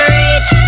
reach